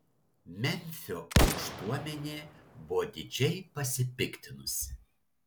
memfio aukštuomenė buvo didžiai pasipiktinusi